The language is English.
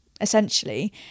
essentially